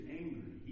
angry